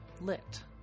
lit